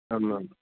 आम्माम्